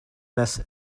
less